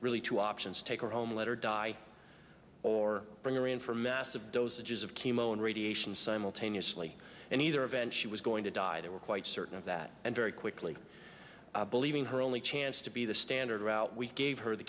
really two options take her home let her die or bring iran for massive dosages of chemo and radiation simultaneously and either event she was going to die they were quite certain of that and very quickly believing her only chance to be the standard route we gave her the